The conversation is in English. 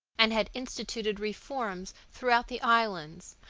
and had instituted reforms throughout the islands,